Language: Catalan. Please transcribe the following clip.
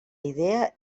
idea